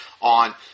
on